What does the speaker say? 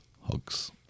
hugs